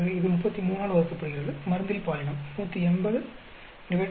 இது 33 ஆல் வகுக்கப்படுகிறது மருந்தில் பாலினம் 18033